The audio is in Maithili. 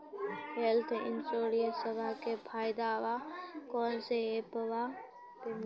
हेल्थ इंश्योरेंसबा के फायदावा कौन से ऐपवा पे मिली?